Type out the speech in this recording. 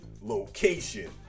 location